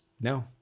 No